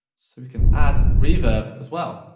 we can add reverb as well.